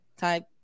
type